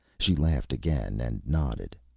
she laughed again, and nodded.